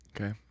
okay